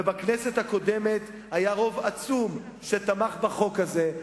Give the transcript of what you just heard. ובכנסת הקודמת היה רוב עצום שתמך בחוק הזה.